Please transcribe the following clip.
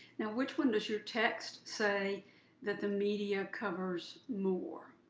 now which one does your text say that the media covers more?